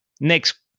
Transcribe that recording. Next